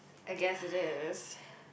I guessed it is